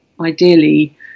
ideally